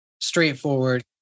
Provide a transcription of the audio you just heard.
straightforward